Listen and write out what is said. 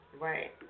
Right